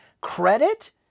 credit